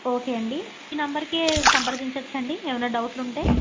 okay అండి ఈ నంబర్కే సంప్రదించొచ్చండి ఏమైనా డౌట్లుంటే